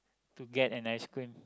to get an ice cream